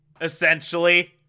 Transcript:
Essentially